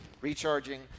recharging